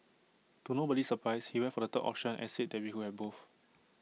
to nobody's surprise he went for the third option and said that we could have both